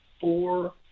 four